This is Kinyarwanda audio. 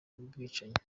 bwicanyi